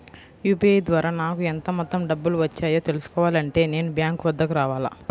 UPI ద్వారా నాకు ఎంత మొత్తం డబ్బులు వచ్చాయో తెలుసుకోవాలి అంటే నేను బ్యాంక్ వద్దకు రావాలా?